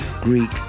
Greek